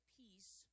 peace